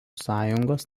sąjungos